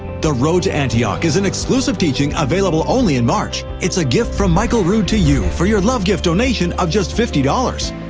the road to antioch is an exclusive teaching available only in march. it's a gift from michael rood to you for your love gift donation of just fifty dollars.